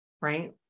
right